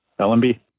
LMB